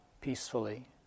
peacefully